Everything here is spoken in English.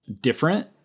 different